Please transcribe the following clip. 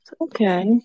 Okay